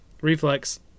Reflex